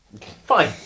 Fine